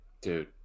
dude